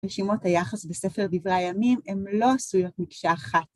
משימות היחס בספר דברי הימים הם לא עשויות מקשה אחת.